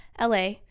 LA